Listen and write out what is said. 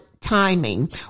timing